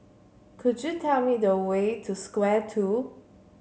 could you tell me the way to Square Two